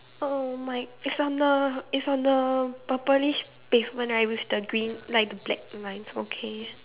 oh my it's on the it's on the purplish pavement right with the green like black line okay